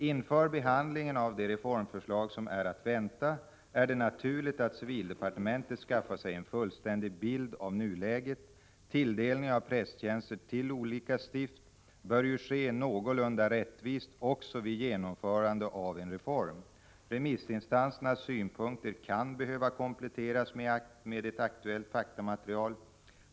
Inför behandlingen av de reformförslag som är att vänta är det naturligt att civildepartementet skaffar sig en fullständig bild av nuläget. Tilldelningen av prästtjänster till olika stift bör ju ske någorlunda rättvist också vid genomförande av en reform. Remissinstansernas synpunkter kan behöva kompletteras med ett aktuellt faktamaterial.